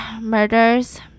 murders